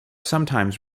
sometimes